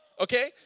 okay